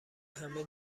همه